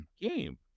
game